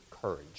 courage